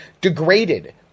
degraded